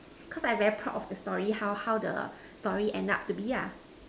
cause I very proud of the story how how the story ends up to be ya